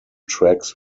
tracks